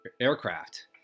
aircraft